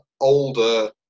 older